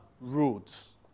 roads